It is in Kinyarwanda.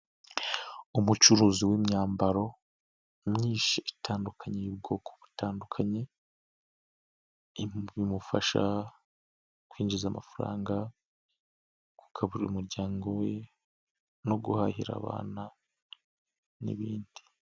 Umucuruzi w'imyambaro myinshi itandunye y'ubwoko butandukanye, bimufasha kwinjiza amafaranga kugabuburira umuryango we no guhahira abana n'ibindi.